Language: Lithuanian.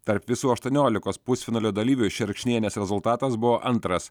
tarp visų aštuoniolikos pusfinalio dalyvių šerkšnienės rezultatas buvo antras